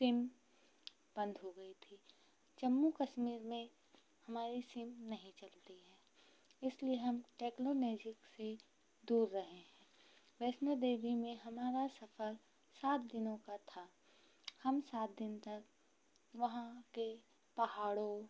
SIM बंद हो गई थी जम्मू कश्मीर में हमारी सिम नहीं चलती है इसलिए हम टेक्नोनोजिक से दूर रहे है वैष्णो देवी में हमारा सफर सात दिनों का था हम सात दिन तक वहाँ के पहाड़ों